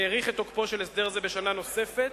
האריך את תוקפו של הסדר זה בשנה נוספת,